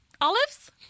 Olives